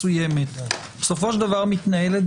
לא ראוי להסדיר אותם